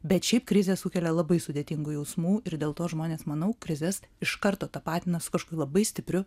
bet šiaip krizė sukelia labai sudėtingų jausmų ir dėl to žmonės manau krizes iš karto tapatina su kažkokiu labai stipriu